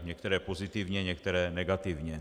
Některé pozitivně, některé negativně.